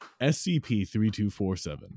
SCP-3247